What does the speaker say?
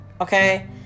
Okay